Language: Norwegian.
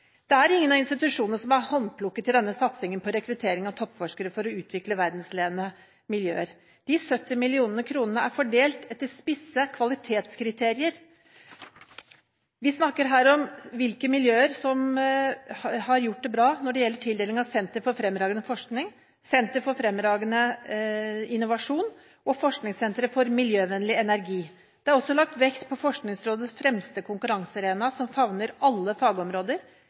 Det er ingen av institusjonene som er håndplukket til denne satsingen på rekruttering av toppforskere for å utvikle verdensledende miljøer – de 70 mill. kr er fordelt etter spisse kvalitetskriterier. Vi snakker her om hvilke miljøer som har gjort det bra når det gjelder tildeling av sentre for fremragende forskning, sentre for fremragende innovasjon og forskningssentre for miljøvennlig energi. Det er også lagt vekt på Forskningsrådets fremste konkurransearena som favner alle fagområder,